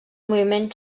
moviment